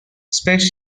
space